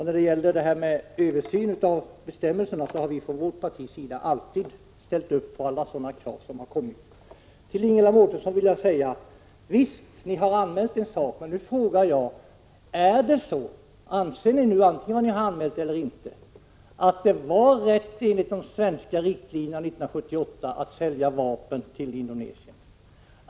När det gäller en översyn av bestämmelserna har vi från vårt partis sida alltid ställt upp på alla sådana krav som har framställts. Till Ingela Mårtensson vill jag säga: Visst, ni har anmält en sak. Men nu frågar jag: Anser ni nu, vare sig ni har anmält eller inte, att det var rätt enligt de svenska riktlinjerna 1978 att sälja vapen till Indonesien?